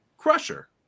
Crusher